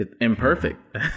imperfect